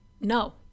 No